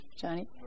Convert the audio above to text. Johnny